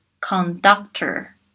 Conductor